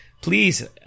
please